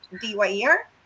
d-y-e-r